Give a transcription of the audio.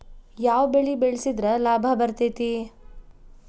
ಯಾವ ಬೆಳಿ ಬೆಳ್ಸಿದ್ರ ಲಾಭ ಬರತೇತಿ?